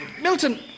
Milton